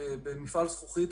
במפעל זכוכית,